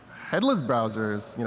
headless browsers,